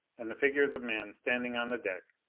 and the figures of men standing on the deck,